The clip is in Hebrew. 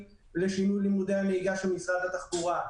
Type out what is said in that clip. לשינוי לימודי הנהיגה של משרד התחבורה,